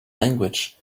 language